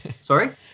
sorry